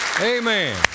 Amen